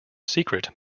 secret